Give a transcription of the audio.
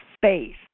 faith